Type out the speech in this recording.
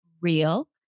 real